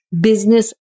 business